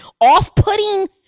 off-putting